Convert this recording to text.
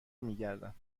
میگردم